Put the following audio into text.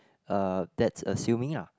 uh that's assuming lah